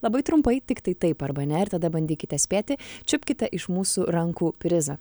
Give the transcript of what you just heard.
labai trumpai tiktai taip arba ne ir tada bandykite spėti čiupkite iš mūsų rankų prizą